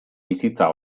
bizitza